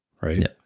right